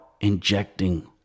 injecting